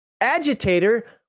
Agitator